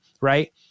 right